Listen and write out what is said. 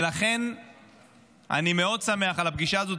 ולכן אני שמח מאוד על הפגישה הזאת,